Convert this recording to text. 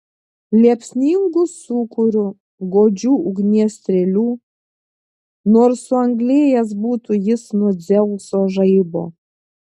liepsningu sūkuriu godžių ugnies strėlių nors suanglėjęs būtų jis nuo dzeuso žaibo